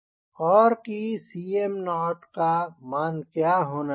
और कि Cm0 का मान क्या होना चाहिए